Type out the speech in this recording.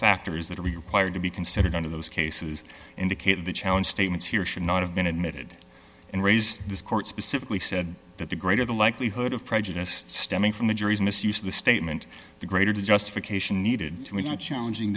factors that are required to be considered one of those cases indicated the challenge statements here should not have been admitted and raised in this court specifically said that the greater the likelihood of prejudice stemming from the jury's misuse of the statement the greater the justification needed to my challeng